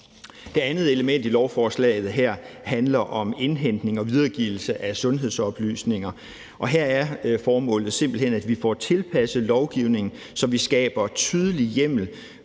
Det andet element i lovforslaget her handler om indhentning og videregivelse af sundhedsoplysninger, og her er formålet simpelt hen, at vi får tilpasset lovgivningen, så vi skaber tydelig hjemmel